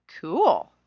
Cool